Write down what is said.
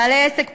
בעלי עסק פרטי,